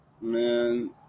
Man